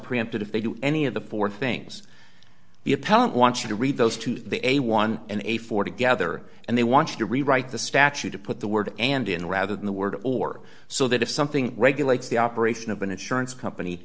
preempted if they do any of the four things the appellant want you to read those to the a one in a forty gather and they want you to rewrite the statute to put the word and in rather than the word or so that if something regulates the operation of an insurance company